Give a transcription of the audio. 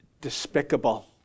despicable